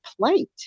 plate